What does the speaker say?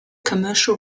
commercial